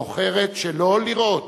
ובוחרת שלא לראות.